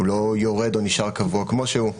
הוא לא יורד או נשאר קבוע כמו שהוא.